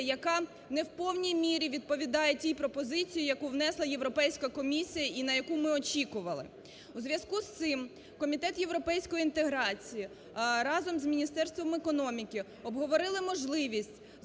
яка не в повній мірі відповідає тій пропозиції, яку внесла Європейська комісія і на яку ми очікували. У зв'язку з цим Комітет європейської інтеграції, разом з Міністерством економіки обговорили можливість звернення